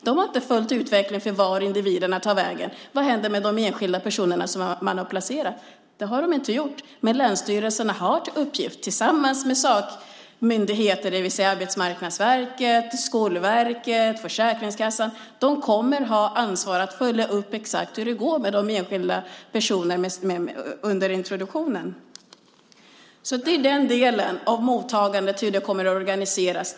De har inte följt utvecklingen när det gäller vart individerna tar vägen och vad som händer med de enskilda personer som de har placerat. Men länsstyrelserna har till uppgift att tillsammans med sakmyndigheter, det vill säga Arbetsmarknadsverket, Skolverket och Försäkringskassan, följa upp exakt hur det går med de enskilda personerna under introduktionen. De har det ansvaret. Där har ni ett svar när det gäller den delen av mottagandet och hur det kommer att organiseras.